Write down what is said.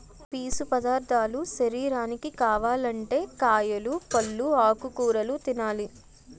పీసు పదార్ధాలు శరీరానికి కావాలంటే కాయలు, పల్లు, ఆకుకూరలు తినాలి